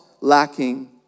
lacking